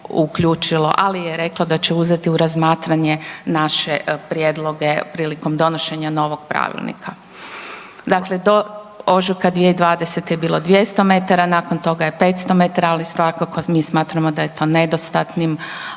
ali je reklo da će uzeti u razmatranje naše prijedloge prilikom donošenja novog pravilnika. Dakle, do ožujka 2020. je bilo 200 metara, nakon toga je 500 metara, ali svakako mi smatramo da je to nedostatnim